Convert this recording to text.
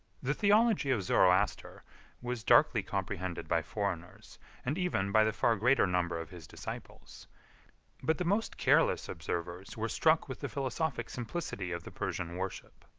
the theology of zoroaster was darkly comprehended by foreigners, and even by the far greater number of his disciples but the most careless observers were struck with the philosophic simplicity of the persian worship.